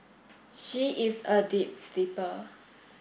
she is a deep sleeper